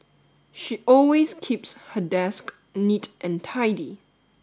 she always keeps her desk neat and tidy